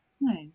Nice